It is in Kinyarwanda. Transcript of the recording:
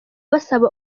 basaba